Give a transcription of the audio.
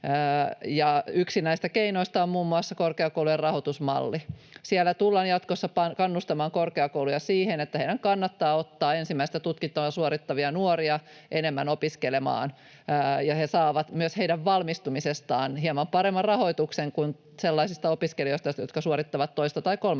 Yksi näistä keinoista on muun muassa korkeakoulujen rahoitusmalli. Siellä tullaan jatkossa kannustamaan korkeakouluja siihen, että heidän kannattaa ottaa ensimmäistä tutkintoa suorittavia nuoria enemmän opiskelemaan, ja he saavat myös heidän valmistumisestaan hieman paremman rahoituksen kuin sellaisista opiskelijoista, jotka suorittavat toista tai kolmatta